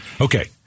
Okay